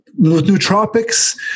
nootropics